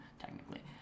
technically